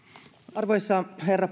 arvoisa herra